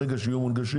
ברגע שיהיו מונגשים,